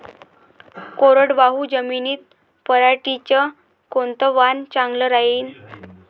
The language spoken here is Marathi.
कोरडवाहू जमीनीत पऱ्हाटीचं कोनतं वान चांगलं रायीन?